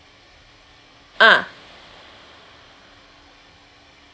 ah